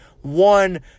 one